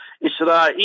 Israel